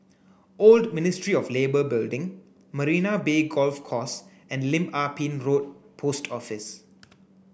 Old Ministry of Labour Building Marina Bay Golf Course and Lim Ah Pin Road Post Office